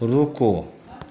रुको